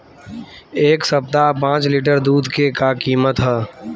एह सप्ताह पाँच लीटर दुध के का किमत ह?